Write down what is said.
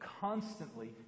constantly